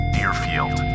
Deerfield